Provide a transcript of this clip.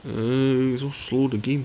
um so slow the game